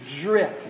drift